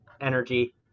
energy